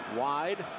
wide